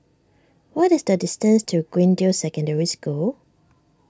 what is the distance to Greendale Secondary School